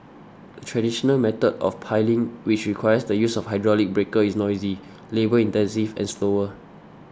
the traditional method of piling which requires the use of a hydraulic breaker is noisy labour intensive and slower